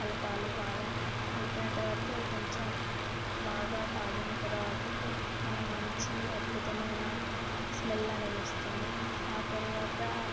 కలపాలి బాగా కలిపిన తరువాత అది కొంచెం బాగా కాగిన తరువాతకి మనం మంచి అద్భుతమైన స్మెల్ అనేది వస్తుంది తరువాత